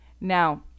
now